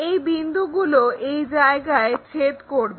এই বিন্দুগুলো এই জায়গায় ছেদ করবে